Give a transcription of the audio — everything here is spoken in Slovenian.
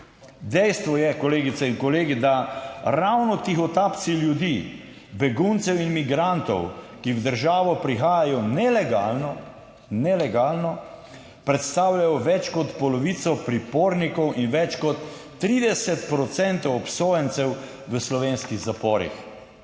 Dejstvo je, kolegice in kolegi, da ravno tihotapci ljudi, beguncev in migrantov, ki v državo prihajajo nelegalno, - nelegalno - predstavljajo več kot polovico pripornikov in več kot 30 procentov obsojencev v slovenskih zaporih.